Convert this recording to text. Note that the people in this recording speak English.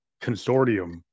consortium